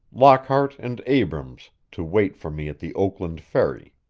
lockhart and abrams to wait for me at the oakland ferry.